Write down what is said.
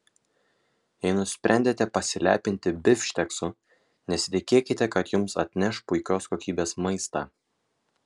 jei nusprendėte pasilepinti bifšteksu nesitikėkite kad jums atneš puikios kokybės maistą